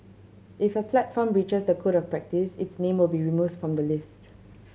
if a platform breaches the Code of Practice its name will be removes from the list